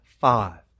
five